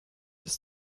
ist